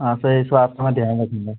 हाँ सर इस बात का मैं ध्यान रखूँगा